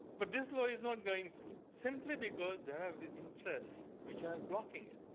but this law is not going through simply because they have interests which are blocking it.